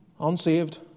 unsaved